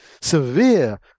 severe